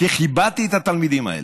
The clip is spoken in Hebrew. כי כיבדתי את התלמידים האלה.